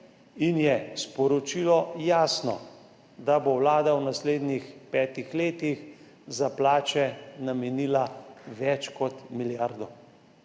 in je sporočilo jasno, da bo vlada v naslednjih petih letih za plače namenila več kot milijardo.